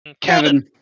Kevin